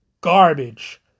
garbage